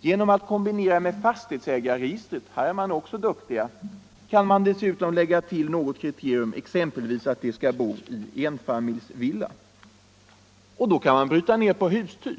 Genom att kombinera med fastighetsägarregistret” — här är man också duktig! — ”kan man dessutom lägga till något kriterium, exempelvis att de ska bo i enfamiljsvilla.” Och då kan man också bryta ner på hustyp.